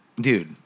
Dude